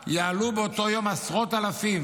יעלו באותו יום עשרות אלפים.